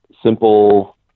simple